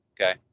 okay